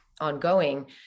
ongoing